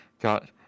Got